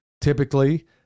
Typically